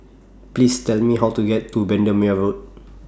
Please Tell Me How to get to Bendemeer Road